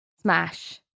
Smash